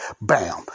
Bam